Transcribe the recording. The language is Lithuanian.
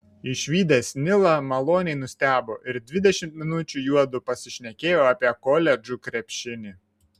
išvydęs nilą maloniai nustebo ir dvidešimt minučių juodu pasišnekėjo apie koledžų krepšinį